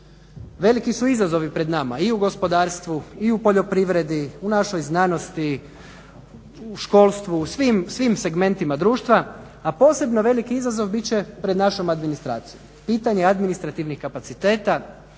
Veliki su izazovi pred nama i u gospodarstvu i u poljoprivredi, u našoj znanosti, u školstvu, u svim segmentima društva, a posebno veliki izazov bit će pred našom administracijom. Pitanje administrativnih kapaciteta,